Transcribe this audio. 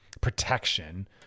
protection